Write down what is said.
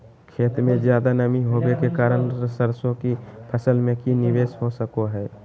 खेत में ज्यादा नमी होबे के कारण सरसों की फसल में की निवेस हो सको हय?